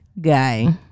guy